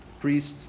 priest